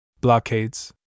Blockades